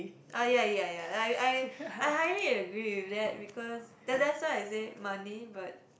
ah ya ya ya I I I highly agree with that because that that's why I say money but